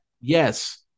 Yes